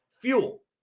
fuel